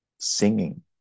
singing